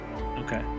Okay